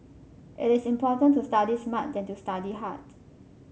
it is important to study smart than to study hard